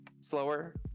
slower